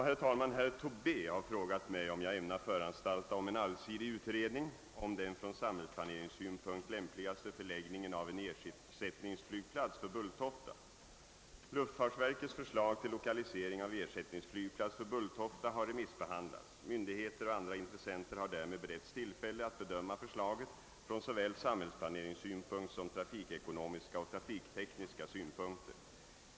Herr talman! Herr Tobé har frågat mig om jag ämnar föranstalta om en allsidig utredning om den från samhällsplaneringssynpunkt lämpligaste förläggningen av en ersättningsflygplats för Bulltofta. Luftfartsverkets förslag till lokalisering av ersättningsflygplats för Bulltofta har remissbehandlats. Myndigheter och andra intressenter har därmed beretts tillfälle att bedöma förslaget från såväl samhällsplaneringssynpunkt som trafikekonomiska och trafiktekniska synpunkter.